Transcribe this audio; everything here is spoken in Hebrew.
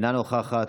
אינה נוכחת.